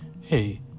hey